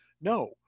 no